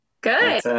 good